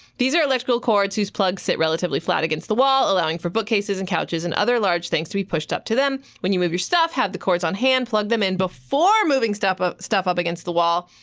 these are electrical cords whose plugs sit relatively flat against the wall, allowing for bookcases, and couches, and other large things to be pushed up to them. when you move your stuff, have the cords on hand, plug them in before moving stuff up stuff up against the wall.